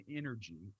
energy